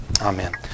Amen